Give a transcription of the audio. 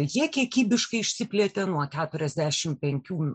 jie kiekybiškai išsiplėtė nuo keturiasdešimt penkių